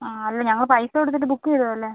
അല്ല ഞങ്ങൾ പൈസ കൊടുത്തിട്ട് ബുക്ക് ചെയ്തതല്ലെ